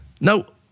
no